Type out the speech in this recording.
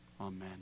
Amen